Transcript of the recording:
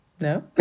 No